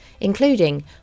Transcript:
including